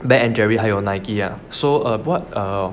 Ben and Jerry 还有 Nike ah so err what err